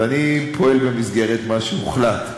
ואני פועל במסגרת מה שהוחלט.